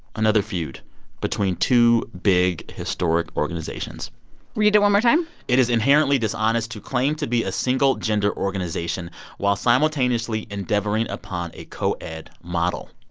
another feud between two big historic organizations read it one more time it is inherently dishonest to claim to be a single-gender organization while simultaneously endeavoring upon a coed model.